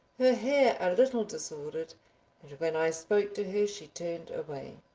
her hair a little disordered, and when i spoke to her she turned away.